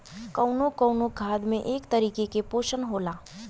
कउनो कउनो खाद में एक तरीके के पोशन होला